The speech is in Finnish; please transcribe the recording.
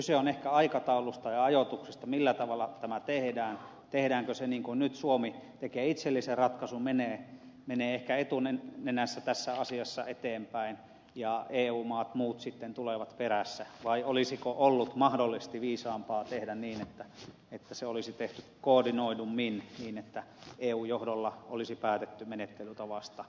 kyse on ehkä aikataulusta ja ajoituksesta millä tavalla tämä tehdään tehdäänkö se niin kuin nyt suomi joka tekee itsellisen ratkaisun menee ehkä etunenässä tässä asiassa eteenpäin ja muut eu maat tulevat sitten perässä vai olisiko ollut mahdollisesti viisaampaa tehdä niin että se olisi tehty koordinoidummin niin että eun johdolla olisi päätetty menettelytavasta